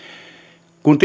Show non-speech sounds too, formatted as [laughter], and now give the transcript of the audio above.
kun [unintelligible]